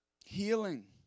healing